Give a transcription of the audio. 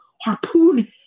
harpoon